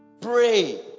Pray